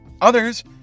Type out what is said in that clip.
Others